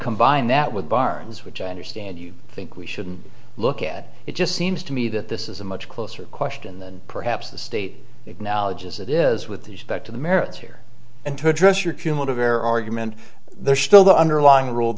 combine that with barnes which i understand you think we shouldn't look at it just seems to me that this is a much closer question than perhaps the state acknowledges it is with these back to the merits here and to address your cumulative error argument there's still the underlying rule